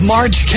March